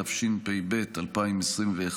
התשפ"ב 2021,